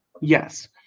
Yes